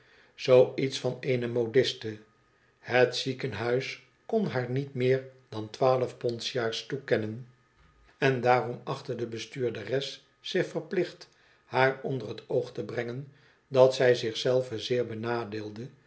zoo iets van eene modiste het ziekenhuis kon haar niet meer dan twaalf pond s jaars toekennon en daarom een reiziger die geen handel drijft achtte de bestuurderes zich verplicht haar onder het oog te brengen dat zij zich zelve zeer benadeelde